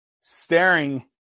staring